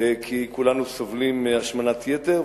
כי כולנו סובלים מהשמנת יתר.